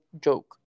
joke